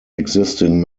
existing